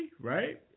right